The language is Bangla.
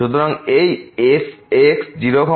সুতরাং এই fx00